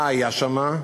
מה היה שם,